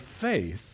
faith